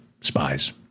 spies